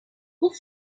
pour